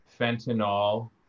fentanyl